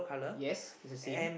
yes it's the same